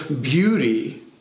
beauty